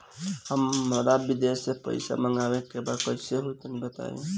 हमरा विदेश से पईसा मंगावे के बा कइसे होई तनि बताई?